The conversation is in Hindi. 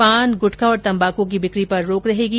पान गुटखा और तंबाकू की बिकी पर रोक रहेगी